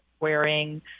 wearing